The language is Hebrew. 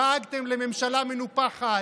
דאגתם לממשלה מנופחת,